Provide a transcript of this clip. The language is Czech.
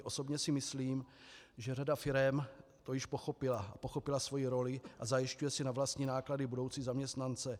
Osobně si myslím, že řada firem to již pochopila, pochopila svoji roli a zajišťuje si na vlastní náklady budoucí zaměstnance.